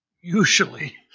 usually